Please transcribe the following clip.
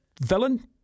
villain